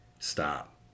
stop